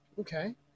Okay